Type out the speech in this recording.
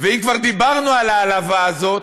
ואם כבר דיברנו על ההעלבה הזאת,